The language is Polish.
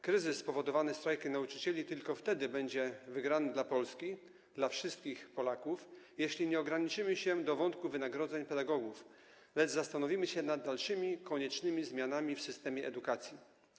Kryzys spowodowany strajkiem nauczycieli tylko wtedy będzie wygrany dla Polski, dla wszystkich Polaków, jeśli nie ograniczymy się do wątku wynagrodzeń pedagogów, lecz zastanowimy się nad dalszymi, koniecznymi zmianami w systemie edukacji.